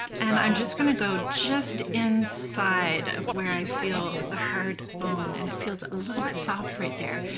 and i'm just going to go just inside of where i feel the hard bone. and it feels a little bit soft right there,